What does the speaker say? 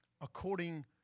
according